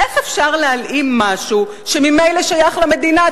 איך אפשר להלאים משהו שממילא שייך למדינה,